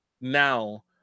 Now